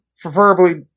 Preferably